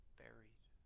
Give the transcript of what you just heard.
buried